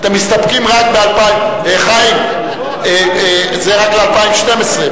חיים, זה רק ל-2012.